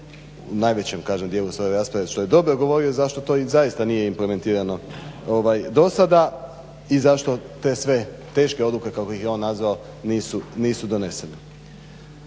u najvećem kažem dijelu svoje raspravu što je dobro govorio, zašto to i zaista nije implementirano dosada i zašto sve te teške odluke kako ih je on nazvao nisu donesene.